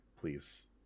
please